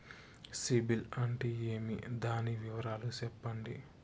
సిబిల్ అంటే ఏమి? దాని వివరాలు సెప్పండి?